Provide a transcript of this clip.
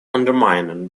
undermining